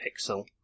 pixel